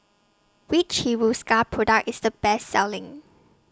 Which Hiruscar Product IS The Best Selling